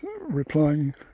replying